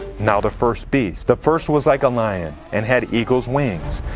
now the first beast the first was like a lion, and had eagle's wings.